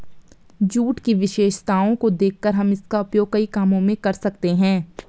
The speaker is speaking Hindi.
जूट की विशेषताओं को देखकर हम इसका उपयोग कई कामों में कर सकते हैं